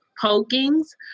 pokings